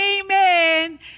Amen